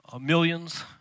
millions